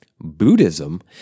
Buddhism